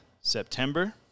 September